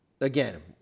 Again